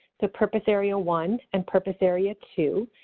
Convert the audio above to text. so purpose area one and purpose area two.